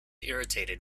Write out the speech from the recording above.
irritated